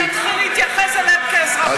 כשתתחיל להתייחס אליהם כאזרחים שלך,